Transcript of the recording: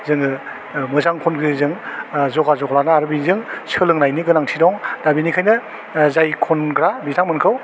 जोङो ओह मोजां खनगिरिजों ओह जगाजग लानो आरो बिजों सोलोंनायनि गोनांथि दं दा बेनिखायनो ओह जाय खनग्रा बिथांमोनखौ